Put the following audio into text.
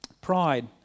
Pride